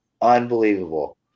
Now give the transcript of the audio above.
unbelievable